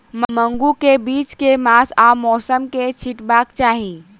मूंग केँ बीज केँ मास आ मौसम मे छिटबाक चाहि?